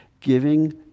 giving